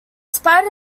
spite